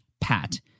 Pat